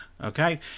Okay